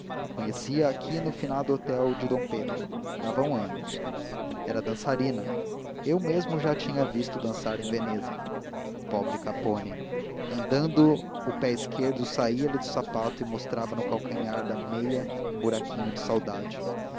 conheci a aqui no finado hotel de d pedro lá vão anos era dançarina eu mesmo já a tinha visto dançar em veneza pobre capponi andando o pé esquerdo saía lhe do sapato e mostrava no calcanhar da meia um buraquinho de saudade